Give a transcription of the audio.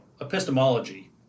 epistemology